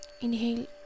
Inhale